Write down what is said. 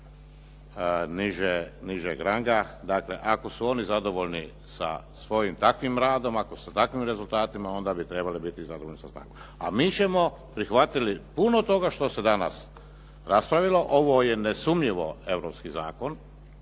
nižeg ranga. Dakle, ako su oni zadovoljni sa svojim takvim radom, ako sa takvim rezultatima, onda bi trebali biti zadovoljni sa … /Govornik se ne razumije./ … A mi ćemo prihvatiti puno toga što se danas raspravilo. Ovo je nesumnjivo europski zakon